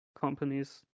companies